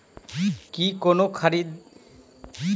की कोनो खरीददारी समापन कागजात प हस्ताक्षर करे केँ बाद वापस आ सकै है?